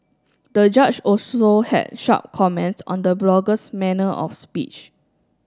the judge also had sharp comments on the blogger's manner of speech